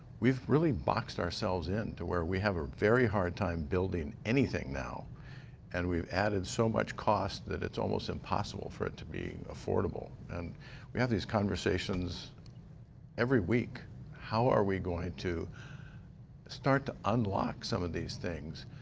we have really boxed ourselves in to where we have a very hard time building anything now and we added so much costs that is almost impossible for it to be affordable. and we have these conversations every week how are we going to start to unlock some of these things.